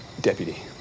Deputy